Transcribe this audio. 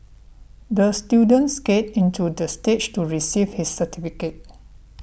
the student skated into the stage to receive his certificate